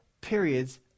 periods